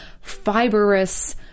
fibrous